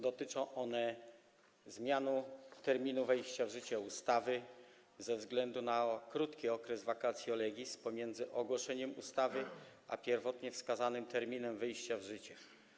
Dotyczą one zmiany terminu wejścia w życie ustawy ze względu na krótki okres vacatio legis pomiędzy ogłoszeniem ustawy a pierwotnie wskazanym terminem wejścia w życie.